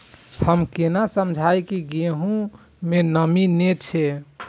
हम केना समझये की गेहूं में नमी ने छे?